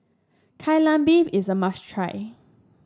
Kai Lan Beef is a must try